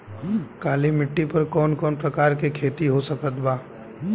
काली मिट्टी पर कौन कौन प्रकार के खेती हो सकत बा?